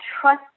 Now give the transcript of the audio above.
trust